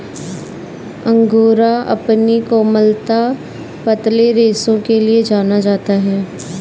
angora अपनी कोमलता, पतले रेशों के लिए जाना जाता है